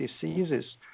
diseases